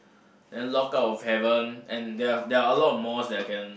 and Locked-Out-of-Heaven and there are there are a lot mores I can